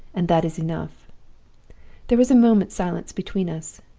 and that is enough there was a moment's silence between us.